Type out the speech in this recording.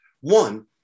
One